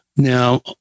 Now